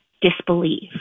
disbelief